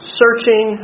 searching